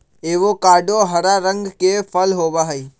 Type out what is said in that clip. avocado हरा रंग के फल होबा हई